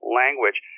language